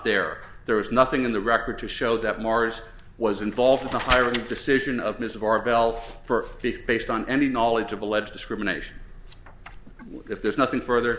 there there is nothing in the record to show that mars was involved in the hiring decision of ms of our bell for fifth based on any knowledge of alleged discrimination if there's nothing further